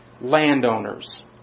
landowners